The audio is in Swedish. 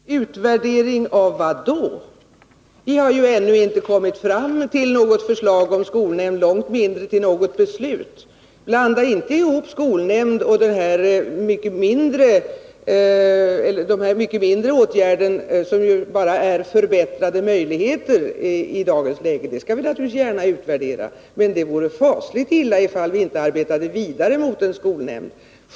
Herr talman! Utvärdering av vad? Vi har ju ännu inte kommit fram till något förslag om skolnämnder, långt mindre till något beslut. Blanda inte ihop skolnämnder och den mycket mindre åtgärden som bara innebär förbättrade möjligheter i dagens läge! Den skall vi naturligtvis gärna utvärdera. Men det vore fasligt illa om vi inte arbetade vidare för skolnämnder.